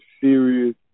serious